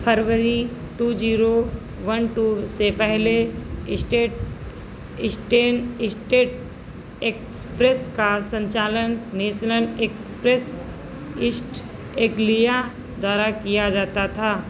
फरवरी two zero one two से पहले इस्टेट इस्टैन इस्टेड एक्सप्रेस का संचालन नेसनल एक्सप्रेस ईस्ट एंग्लिया द्वारा किया जाता था